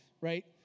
right